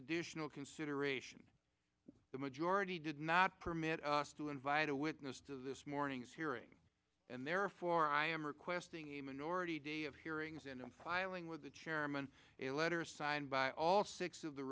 additional consideration the majority did not permit us to invite a witness to this morning's hearing and therefore i am requesting a minority of hearings and filing with the chairman a letter signed by all six of the